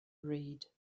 read